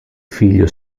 figlio